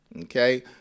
okay